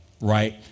right